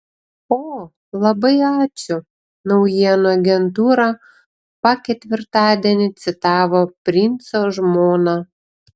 o labai ačiū naujienų agentūra pa ketvirtadienį citavo princo žmoną